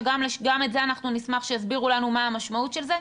שגם זה אנחנו נשמח שיסבירו לנו מה המשמעות של זה.